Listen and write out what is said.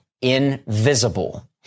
invisible